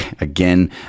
again